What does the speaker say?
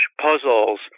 puzzles